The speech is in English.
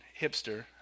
hipster